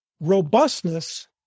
robustness